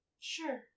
Sure